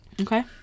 Okay